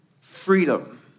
Freedom